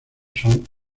son